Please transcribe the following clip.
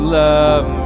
love